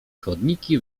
chodniki